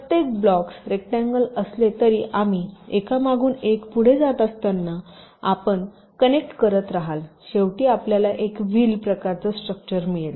प्रत्येक blocks rectangle असले तरी आम्ही एकामागून एक पुढे जात असताना आपण कनेक्ट करत रहाल शेवटी आपल्याला एक व्हील प्रकारच स्ट्रक्चर मिळेल